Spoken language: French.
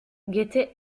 guettait